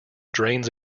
drains